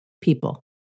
people